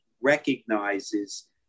recognizes